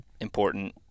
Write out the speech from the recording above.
important